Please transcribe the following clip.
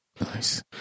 Nice